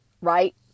right